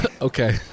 okay